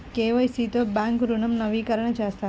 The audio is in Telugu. కే.వై.సి తో బ్యాంక్ ఋణం నవీకరణ చేస్తారా?